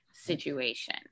situation